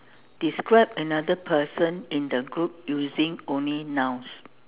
describe another person in the group using only nouns